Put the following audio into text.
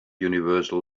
universal